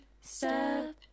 step